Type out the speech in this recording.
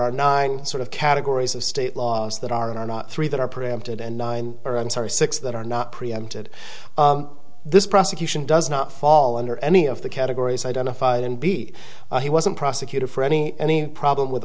are nine sort of categories of state laws that are not three that are preempted and nine are i'm sorry six that are not preempted this prosecution does not fall under any of the categories identified and b he wasn't prosecuted for any any problem with